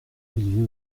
olivier